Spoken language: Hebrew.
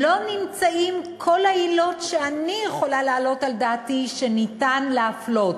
לא נמצאות כל העילות שאני יכולה להעלות על דעתי שאפשר להפלות